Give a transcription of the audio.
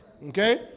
Okay